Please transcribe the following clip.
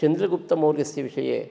चन्द्रगुप्तमौर्यस्य विषये